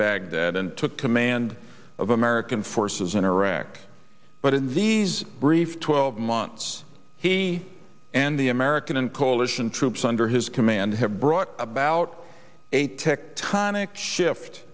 baghdad took command of american forces in iraq but in these brief twelve months he and the american and coalition troops under his command have brought about a tectonic shift